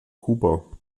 kuba